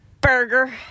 Burger